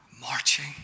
marching